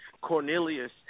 Cornelius